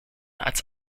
als